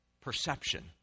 perception